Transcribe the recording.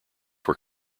were